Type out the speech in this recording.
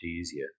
easier